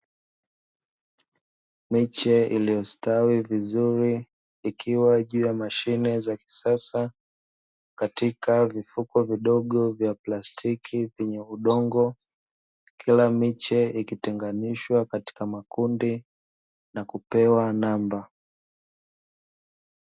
Miche iliyostawi vzuri ikiwa juu ya mashine za kisasa katika vifuko vidogo vya plastiki vyenye udongo, kila miche ikitenganishwa katika makundi na kupewa namba.